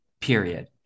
period